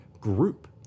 group